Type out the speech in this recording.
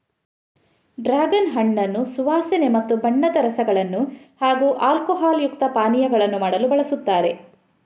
dragon ಹಣ್ಣನ್ನು ಸುವಾಸನೆ ಮತ್ತು ಬಣ್ಣದ ರಸಗಳನ್ನು ಹಾಗೂ ಆಲ್ಕೋಹಾಲ್ ಯುಕ್ತ ಪಾನೀಯಗಳನ್ನು ಮಾಡಲು ಬಳಸುತ್ತಾರೆ